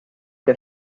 que